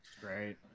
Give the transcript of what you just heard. Great